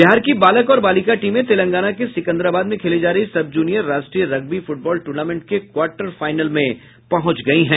बिहार की बालक और बालिका टीमें तेलंगाना के सिकंदराबाद में खेली जा रही सब जूनियर राष्ट्रीय रग्बी फुटबॉल टूर्नामेंट के क्वार्टर फाइनल में पहुंच गयी है